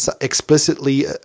explicitly